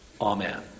Amen